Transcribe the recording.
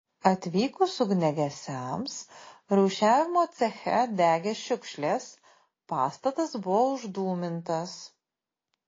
atvykus ugniagesiams rūšiavimo ceche degė šiukšlės pastatas buvo uždūmintas